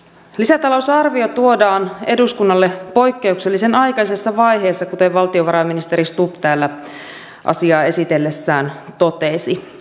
lisätalousarvio tuodaan eduskunnalle poikkeuksellisen aikaisessa vaiheessa kuten valtiovarainministeri stubb täällä asiaa esitellessään totesi